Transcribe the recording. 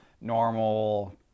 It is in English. normal